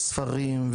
ספרים,